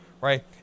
right